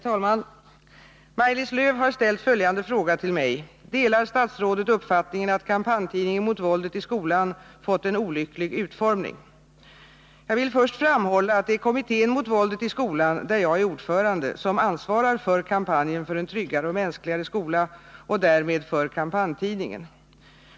Herr talman! Maj-Lis Lööw har ställt följande fråga till mig: Delar statsrådet uppfattningen att kampanjtidningen mot våldet i skolan fått en olycklig utformning? Jag vill först framhålla att det är kommittén mot våldet i skolan, där jag är ordförande, som ansvarar för kampanjen för en tryggare och mänskligare skola och därmed för kampanjtidningen.